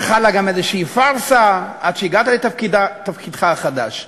וחלה גם איזושהי פארסה עד שהגעת לתפקידך החדש.